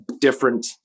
different